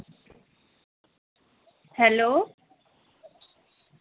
hello